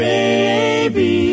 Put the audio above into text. Baby